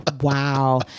Wow